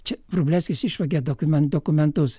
čia vrublevskis išvagė dokumen dokumentus